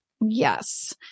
Yes